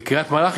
בקריית-מלאכי,